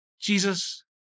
Jesus